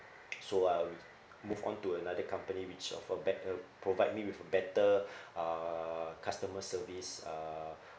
so I'll move on to another company which offer better provide me with a better uh customer service uh